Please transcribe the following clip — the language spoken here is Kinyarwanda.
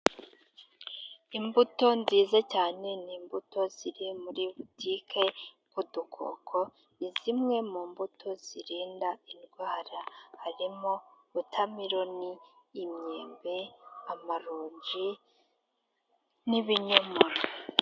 Imbuto nziza cyane ni imbuto ziri muri butike nk'dukoko ni zimwe mu mbuto zirinda indwara harimo wotameloni, imyembe ,amaronji n'ibinyomoro.